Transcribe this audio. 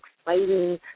exciting